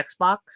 Xbox